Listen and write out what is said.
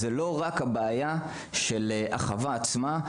אז הבעיה היא לא רק של החווה עצמה,